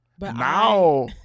now